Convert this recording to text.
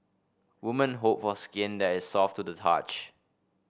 women hope for skin that is soft to the touch